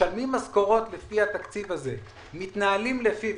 אנחנו משלמים משכורות לפי התקציב הזה ואנחנו מתנהלים לפיו.